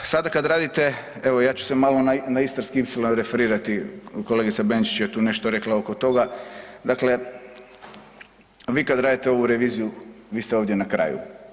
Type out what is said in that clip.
Sada kad radite, evo ja ću se malo na Istarski ipsilon referirati, kolegica Benčić je tu nešto rekla oko toga, dakle, vi kad radite ovu reviziju, vi ste ovdje na kraju.